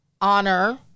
honor